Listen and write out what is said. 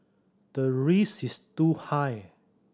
the risk is too high